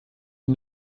die